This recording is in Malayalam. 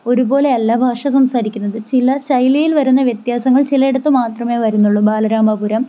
ഒരുപോലെയല്ല ഭാഷ സംസാരിക്കുന്നത് ചില ശൈലിയിൽ വരുന്ന വ്യത്യാസങ്ങൾ ചിലയിടത്ത് മാത്രമേ വരുന്നുള്ളൂ ബാലരാമപുരം